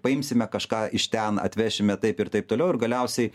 paimsime kažką iš ten atvešime taip ir taip toliau ir galiausiai